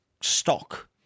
stock